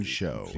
show